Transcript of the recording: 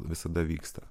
visada vyksta